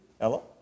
Hello